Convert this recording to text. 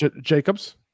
Jacobs